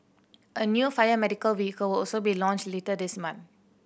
a new fire medical vehicle also be launched later this month